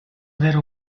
avere